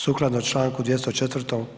Sukladno čl. 204.